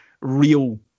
real